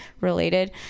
related